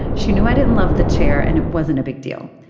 she knew i didn't love the chair and it wasn't a big deal.